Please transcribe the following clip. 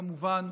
כמובן,